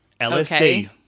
LSD